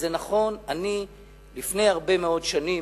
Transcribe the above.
לפני הרבה מאוד שנים,